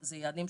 אנחנו נרצה